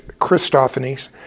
Christophanies